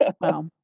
Wow